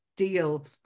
deal